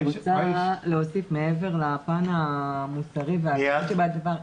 אני רוצה להוסיף ולומר שמעבר לפן המוסרי בדבר.